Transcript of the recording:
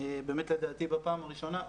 באמת לדעתי בפעם הראשונה,